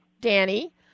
Danny